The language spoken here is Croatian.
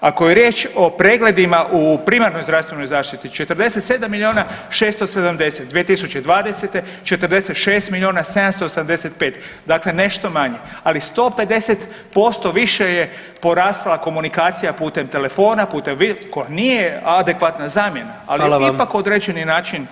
Ako je riječ o pregledima u primarnoj zdravstvenoj zaštiti 47 miliona 670, 2020. 46 miliona 785, dakle nešto manje, ali 150% više je porasla komunikacija putem telefona, putem koja nije adekvatna zamjena, ali je ipak [[Upadica: Hvala vam.]] određeni način